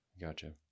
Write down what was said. Gotcha